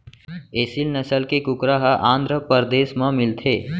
एसील नसल के कुकरा ह आंध्रपरदेस म मिलथे